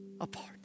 apart